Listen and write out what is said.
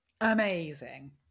Amazing